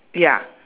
ya